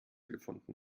gefunden